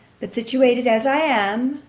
but, situated as i am,